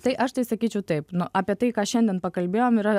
tai aš tai sakyčiau taip nu apie tai ką šiandien pakalbėjom yra